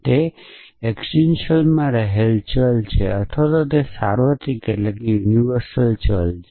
તે એકસીટેંટીયલમાં રહેલા ચલ છે અથવા તે સાર્વત્રિક ચલ છે